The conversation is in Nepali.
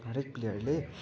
हरेक प्लेयरले